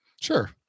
Sure